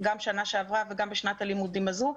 גם בשנה שעברה וגם בשנת הלימודים הזו,